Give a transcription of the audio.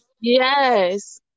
Yes